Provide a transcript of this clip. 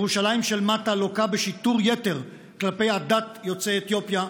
ירושלים של מטה לוקה בשיטור יתר כלפי עדת יוצאי אתיופיה,